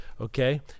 Okay